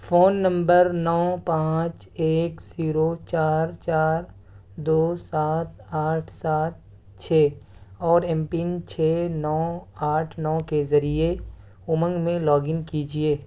phone number نو پانچ ایک زیرو چار چار دو سات آٹھ سات چھ اور ایم پن چھ نو آٹھ نو کے ذریعے امنگ میں لاگ ان کیجیے